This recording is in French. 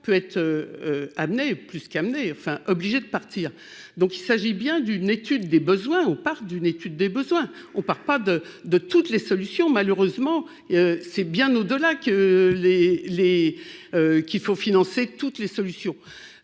peut être amené plus qu'a amener enfin obligé de partir donc il s'agit bien d'une étude des besoins au parc d'une étude des besoins, on ne parle pas de de toutes les solutions, malheureusement, c'est bien au delà que les les qu'il faut financer toutes les solutions,